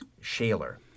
Shaler